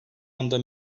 anda